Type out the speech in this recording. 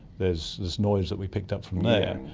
there's there's noise that we picked up from there.